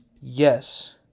yes